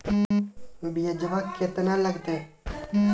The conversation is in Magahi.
ब्यजवा केतना लगते?